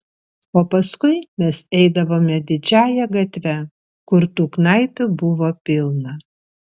o paskui mes eidavome didžiąja gatve kur tų knaipių buvo pilna